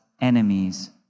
enemies